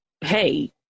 hey